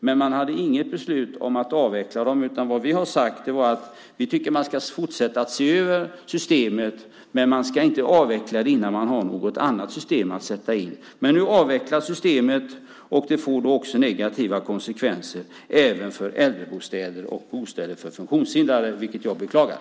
Men det fanns inget beslut om att avveckla dem. Vi tycker att man ska fortsätta att se över systemet, men man ska inte avveckla det innan det finns något annat system att sätta in. Men nu avvecklas systemet, och det får negativa konsekvenser även för äldrebostäder och bostäder för funktionshindrade - vilket jag beklagar.